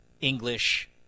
English